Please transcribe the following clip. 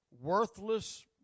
Worthless